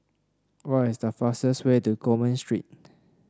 what is the fastest way to Coleman Street